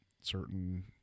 certain